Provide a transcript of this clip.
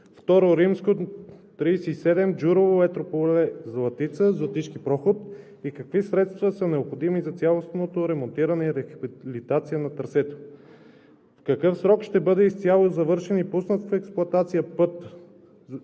на път II-37 Джурово – Етрополе – Златица – Златишки проход и какви средства са необходими за цялостното ремонтиране и рехабилитация на трасето; в какъв срок ще бъде изцяло завършен и пуснат в експлоатация пътят,